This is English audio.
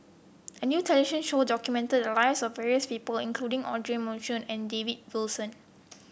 a new television show documented the lives of various people including Audra Morrice and David Wilson